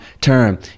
term